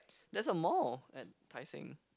there's a mall at Tai-Seng